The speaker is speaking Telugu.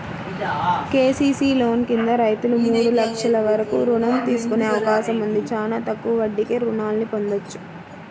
కేసీసీ లోన్ కింద రైతులు మూడు లక్షల వరకు రుణం తీసుకునే అవకాశం ఉంది, చానా తక్కువ వడ్డీకే రుణాల్ని పొందొచ్చు